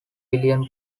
billion